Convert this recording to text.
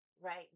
right